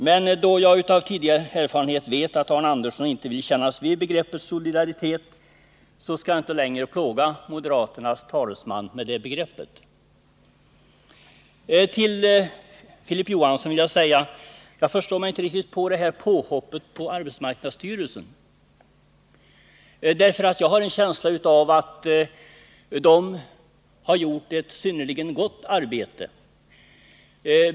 Men då jag av tidigare erfarenhet vet att Arne Andersson inte vill kännas vid begreppet solidaritet skall jag inte längre plåga moderaternas talesman med det begreppet. Jag förstår mig inte riktigt på Filip Johanssons påhopp på arbetsmarknadsstyrelsen. Jag har en känsla av att den har gjort ett synnerligen gott arbete.